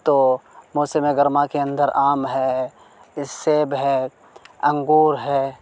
تو موسم گرما کے اندر آم ہے سیب ہے انگور ہے